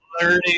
learning